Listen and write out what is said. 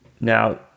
Now